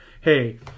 hey